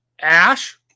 Ash